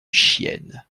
chiennes